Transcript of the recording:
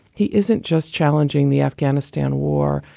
he isn't just challenging the afghanistan war,